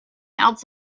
else